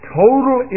total